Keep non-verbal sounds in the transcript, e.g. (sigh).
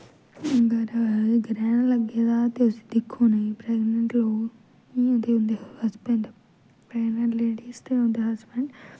अगर ग्रैह्न लग्गे दा ते उसी दिक्खो नेईं प्रैगनेंट लोग इ'यां होंदे (unintelligible) प्रैगनेंट लेडीज ते उं'दे हैसबेंड